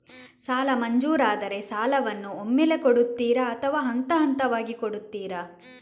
ಸಾಲ ಮಂಜೂರಾದರೆ ಸಾಲವನ್ನು ಒಮ್ಮೆಲೇ ಕೊಡುತ್ತೀರಾ ಅಥವಾ ಹಂತಹಂತವಾಗಿ ಕೊಡುತ್ತೀರಾ?